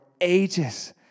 ages